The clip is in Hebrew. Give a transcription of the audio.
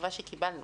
התשובה שקיבלנו.